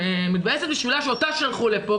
מתבאסת בשבילה שאותה שלחו לפה,